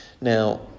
Now